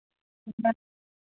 हाँ